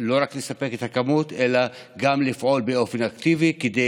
ולא רק לספק את הכמות אלא גם לפעול באופן אקטיבי כדי